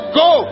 go